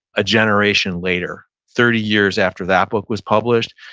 a generation later. thirty years after that book was published,